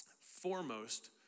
foremost